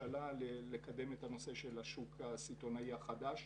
לקדם את הנושא של השוק הסיטונאי החדש.